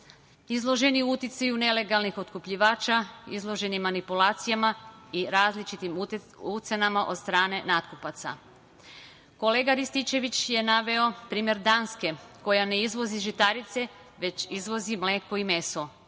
izloženi uticaju nelegalnih otkupljivača, izloženi manipulacijama i različitim ucenama od strane natkupaca. Kolega Rističević je naveo primer Danske koja ne izvozi žitarice, već izvozi mleko i mese.